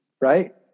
right